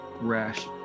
rash